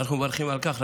ואנחנו מברכים על כך.